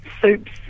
soups